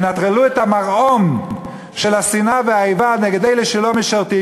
ינטרלו את המרעום של השנאה והאיבה נגד אלה שלא משרתים,